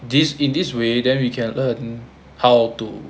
this in this way then we can learn how to